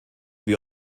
wir